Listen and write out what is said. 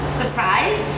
surprise